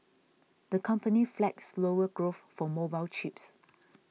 the company flagged slower growth for mobile chips